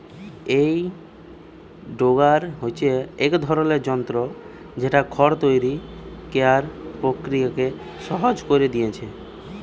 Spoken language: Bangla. এই টেডার হচ্ছে এক ধরনের যন্ত্র যেটা খড় তৈরি কোরার প্রক্রিয়াকে সহজ কোরে দিয়েছে